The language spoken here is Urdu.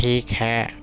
ٹھیک ہے